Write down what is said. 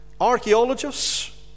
Archaeologists